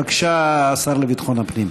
בבקשה, השר לביטחון הפנים.